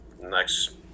next